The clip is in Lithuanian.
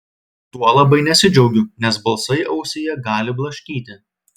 tuo labai nesidžiaugiu nes balsai ausyje gali blaškyti